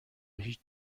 هیچ